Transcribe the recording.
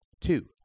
Two